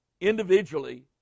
individually